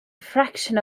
fraction